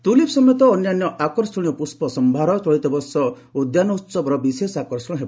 tulip ସମେତ ଅନ୍ୟାନ୍ୟ ଆକର୍ଷଣୀୟ ପୁଷ୍ପ ସମ୍ଭାର ଚଳିତବର୍ଷ ଉଦ୍ୟାନୋହବର ବିଶେଷ ଆକର୍ଷଣ ହେବ